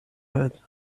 had